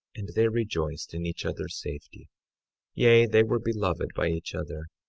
and they rejoiced in each other's safety yea, they were beloved by each other,